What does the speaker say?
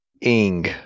Ing